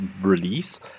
release